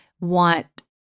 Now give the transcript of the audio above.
want